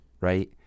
right